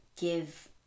give